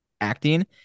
acting